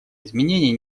изменений